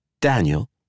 Daniel